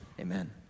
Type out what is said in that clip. Amen